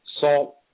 salt